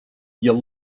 you